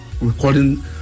recording